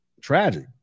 Tragic